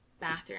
bathroom